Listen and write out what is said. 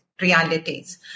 realities